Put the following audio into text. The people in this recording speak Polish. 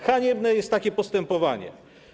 Haniebne jest takie postępowanie.